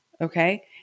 Okay